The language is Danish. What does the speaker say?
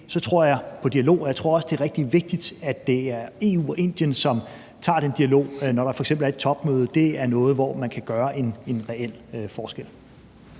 tror jeg på dialog, og jeg tror også, det er rigtig vigtigt, at det er EU og Indien, som tager den dialog, når der f.eks. er et topmøde. Det er noget, hvor man kan gøre en reel forskel.